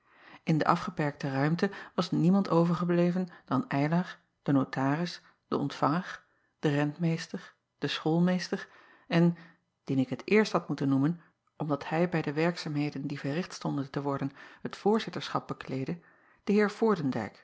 n de afgeperkte ruimte was niemand overgebleven dan ylar de notaris de ontvanger de rentmeester de schoolmeester en dien ik het eerst had moeten noemen omdat hij bij de werkzaamheden die verricht stonden te worden het voorzitterschap bekleedde de